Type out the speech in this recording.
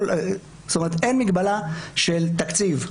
אין מגבלה של תקציב.